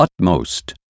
utmost